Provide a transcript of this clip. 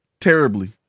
terribly